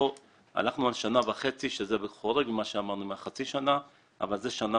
פה הלכנו על שנה וחצי שזה חורג ממה שאמרנו עם החצי שנה אבל זה שנה